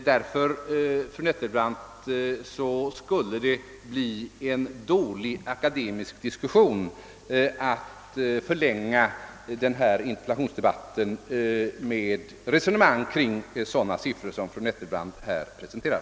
Därför, fru Nettelbrandt, skulle det bli en dålig akademisk diskussion om vi skulle förlänga den här interpellationsdebatten med resonemang kring sådana siffror som fru Nettelbrandt här har presenterat.